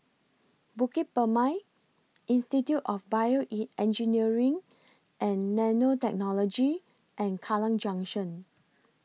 Bukit Purmei Institute of Bioengineering and Nanotechnology and Kallang Junction